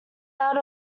out